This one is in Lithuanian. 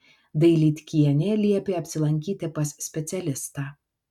dailydkienė liepė apsilankyti pas specialistą